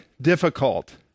difficult